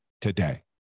today